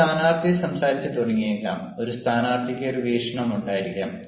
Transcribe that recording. ഒരു സ്ഥാനാർത്ഥി സംസാരിച്ചുതുടങ്ങിയേക്കാം ഒരു സ്ഥാനാർത്ഥിക്ക് ഒരു വീക്ഷണം ഉണ്ടായിരിക്കാം